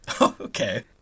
Okay